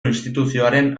instituzioaren